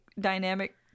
dynamic